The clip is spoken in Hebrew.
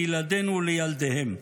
לילדינו ולילדיהם.